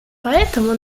поэтому